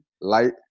light